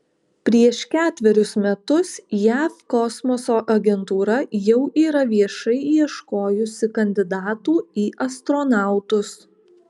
prieš ketverius metus jav kosmoso agentūra jau yra viešai ieškojusi kandidatų į astronautus